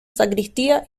sacristía